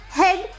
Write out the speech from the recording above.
head